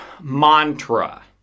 mantra